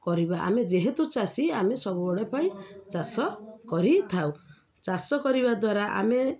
କରିବା ଆମେ ଯେହେତୁ ଚାଷୀ ଆମେ ସବୁବେଳ ପାଇଁ ଚାଷ କରିଥାଉ ଚାଷ କରିବା ଦ୍ୱାରା ଆମେ